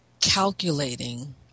calculating